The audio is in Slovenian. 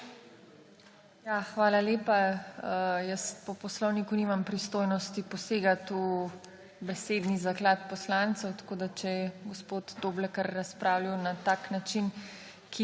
Hvala lepa. Jaz po poslovniku nimam pristojnosti posegati v besedni zaklad poslancev. Če je gospod Doblekar razpravljal na tak način, ki